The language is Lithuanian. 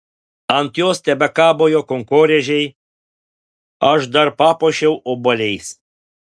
ant jos tebekabojo kankorėžiai aš dar papuošiau obuoliais